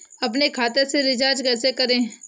अपने खाते से रिचार्ज कैसे करें?